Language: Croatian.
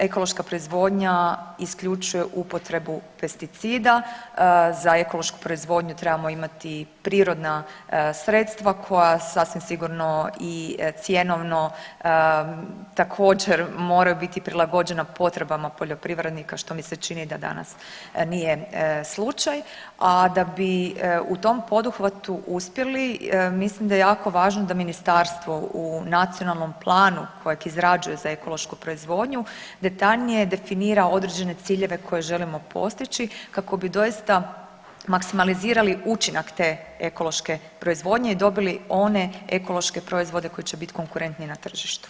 Ekološka proizvodnja isključuje upotrebu pesticida, za ekološku proizvodnju trebamo imati prirodna sredstva koja sasvim sigurno i cjenovno također moraju biti prilagođena potrebama poljoprivrednika, što mi se čini da danas nije slučaj, a da bi u tom poduhvatu uspjeli mislim da je jako važno da ministarstvo u nacionalnom planu kojeg izrađuje za ekološku proizvodnju detaljnije definira određene ciljeve koje želimo postići kako bi doista maksimalizirali učinak te ekološke proizvodnje i dobili one ekološke proizvode koji će bit konkurentniji na tržištu.